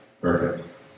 Perfect